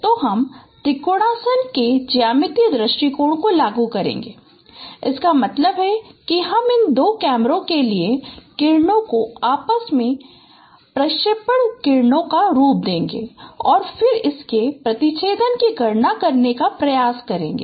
तो हम त्रिकोणासन के ज्यामिति दृष्टिकोण को लागू करेंगे इसका मतलब है कि हम इन दो कैमरों के लिए किरणों को वापस प्रक्षेपण किरणों का रूप देंगे और फिर इसके प्रतिच्छेदन की गणना करने का प्रयास करेंगे